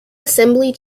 assembly